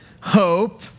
hope